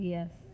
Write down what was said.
Yes